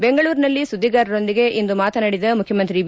ಬೆಂಗಳೂರಿನಲ್ಲಿ ಸುದ್ದಿಗಾರರೊಂದಿಗೆ ಇಂದು ಮಾತನಾಡಿದ ಮುಖ್ಯಮಂತ್ರಿ ಬಿ